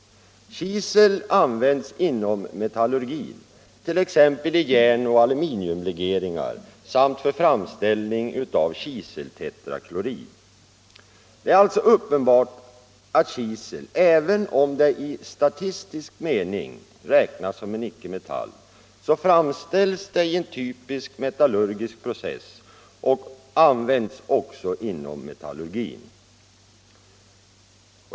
Kisel används inom metallurgin, t.ex. i järnoch aluminiumlegeringar samt för framställning av kiseltetraklorid. Det är alltså uppenbart att kisel, även om det i statistisk mening räknas som en icke-metall, framställs i en typisk metallurgisk process och används inom metallurgin.